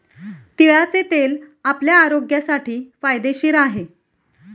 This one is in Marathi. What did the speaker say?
तिळाचे तेल आपल्या आरोग्यासाठी फायदेशीर आहे